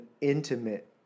intimate